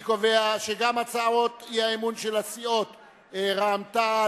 אני קובע שגם הצעת האי-אמון של הסיעות רע"ם-תע"ל,